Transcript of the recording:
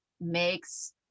makes